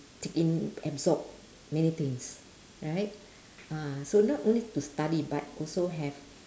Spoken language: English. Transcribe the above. take in absorb many things right ah so not only to study but also have